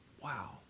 Wow